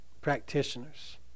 practitioners